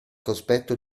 cospetto